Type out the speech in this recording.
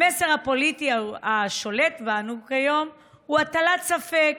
המסר הפוליטי השולט בנו היום הוא הטלת ספק,